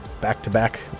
back-to-back